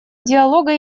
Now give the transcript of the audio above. диалога